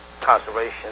conservation